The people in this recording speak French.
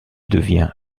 devient